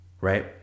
Right